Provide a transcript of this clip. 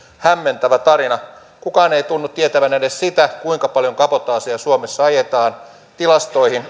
hämmentävä tarina kukaan ei tunnu tietävän edes sitä kuinka paljon kabotaasia suomessa ajetaan tilastoihin